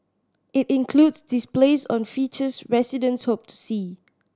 it includes displays on features residents hope to see